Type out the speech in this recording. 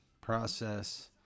process